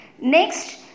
Next